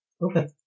Okay